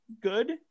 good